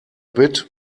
bit